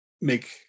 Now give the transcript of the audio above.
make